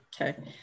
okay